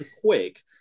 quick